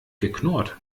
geknurrt